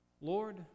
Lord